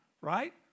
Right